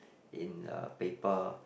in a paper